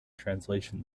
translation